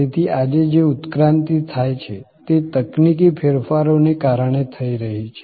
તેથી આ જે ઉત્ક્રાંતિ થાય છે તે તકનીકી ફેરફારોને કારણે થઈ રહી છે